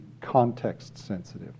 context-sensitive